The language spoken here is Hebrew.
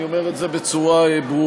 אני אומר את זה בצורה ברורה.